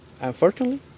Unfortunately